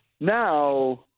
Now